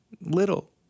little